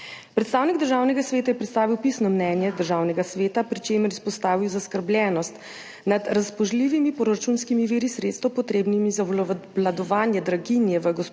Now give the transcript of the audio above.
Predstavnik Državnega sveta je predstavil pisno mnenje Državnega sveta, pri čemer je izpostavil zaskrbljenost nad razpoložljivimi proračunskimi viri sredstev, potrebnimi za obvladovanje draginje v gospodarstvu